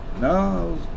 no